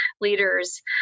leaders